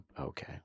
Okay